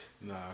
Nah